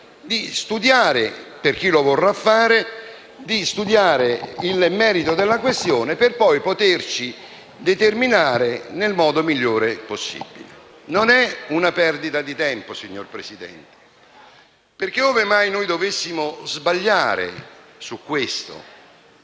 di studiarne, per chi lo vorrà fare, il merito, per poi poterci determinare nel modo migliore possibile. Non sarebbe una perdita di tempo, signor Presidente, perché, ove mai noi dovessimo sbagliare su questo,